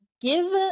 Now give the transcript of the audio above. Give